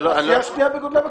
הסיעה השנייה בגודלה בכנסת.